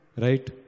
right